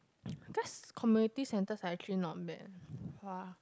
cause community centers are actually not that far